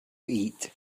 eat